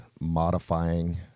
modifying